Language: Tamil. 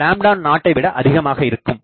5 0 விட அதிகமாக இருக்கும்